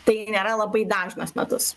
tai nėra labai dažnas medus